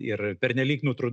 ir pernelyg nutru